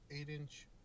Eight-Inch